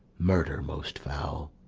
murder most foul,